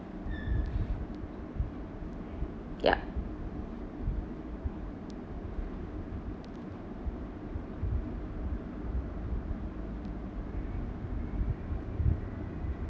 yup